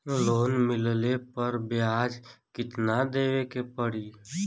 Loan मिलले पर ब्याज कितनादेवे के पड़ी?